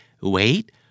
Wait